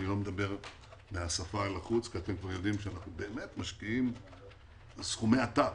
אני לא מדבר מהשפה אל החוץ כי אתם יודעים שאנחנו משקיעים סכומי עתק.